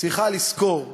צריכה לזכור,